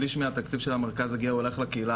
שליש מהתקציב של המרכז הגאה הולך לקהילה